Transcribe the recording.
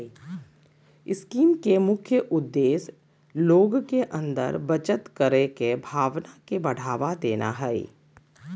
scheme के मुख्य उद्देश्य लोग के अंदर बचत करे के भावना के बढ़ावा देना हइ